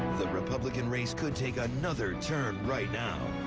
the republican race could take another turn right now.